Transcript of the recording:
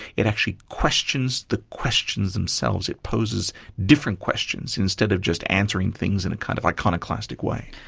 it actually questions the questions themselves. it poses different questions instead of just answering things in a kind of iconoclastic way.